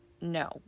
no